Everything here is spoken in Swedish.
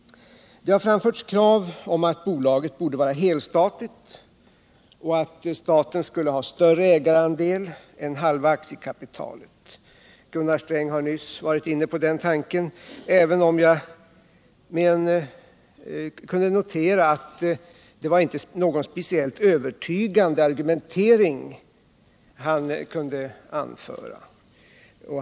Det har framförts krav på att bolaget skulle vara helstatligt eller att staten skulle ha större ägarandel än halva aktiekapitalet. Gunnar Sträng har nyss varit inne på den tanken, även om jag kunde notera att det inte var några speciellt övertygande argument han kunde anföra.